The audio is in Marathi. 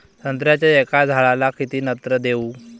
संत्र्याच्या एका झाडाले किती नत्र देऊ?